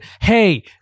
hey